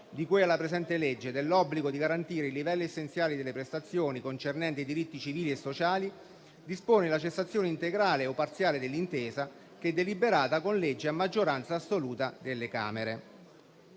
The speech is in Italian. di cui alla presente legge, dell'obbligo di garantire i livelli essenziali delle prestazioni concernenti i diritti civili e sociali, dispone la cessazione integrale o parziale dell'intesa, che è deliberata con legge a maggioranza assoluta delle Camere.